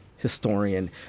Historian